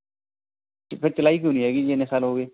ਅਤੇ ਫਿਰ ਚਲਾਈ ਕਿਉਂ ਨਹੀਂ ਹੈਗੀ ਜੀ ਇੰਨੇ ਸਾਲ ਹੋ ਗਏ